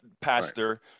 Pastor